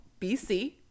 BC